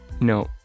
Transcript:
No